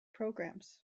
programs